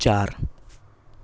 ચાર